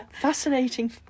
fascinating